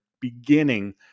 beginning